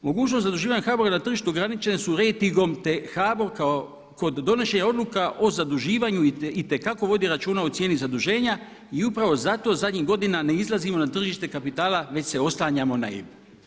Mogućnost zaduživanja HBOR-a na tržištu ograničene su rejtingom, te HBOR kod donošenja odluka o zaduživanju itekako vodi računa o cijeni zaduženja i upravo zato zadnjih godina ne izlazimo na tržište kapitala već se oslanjamo na EIB.